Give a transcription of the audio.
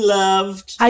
loved